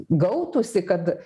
gautųsi kad